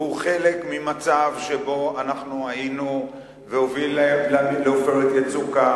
והוא חלק ממצב שהוביל ל"עופרת יצוקה"